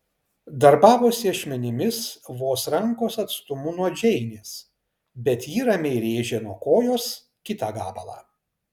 darbavosi ašmenimis vos rankos atstumu nuo džeinės bet ji ramiai rėžė nuo kojos kitą gabalą